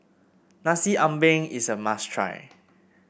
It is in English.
Nasi Ambeng is a must try